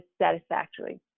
satisfactorily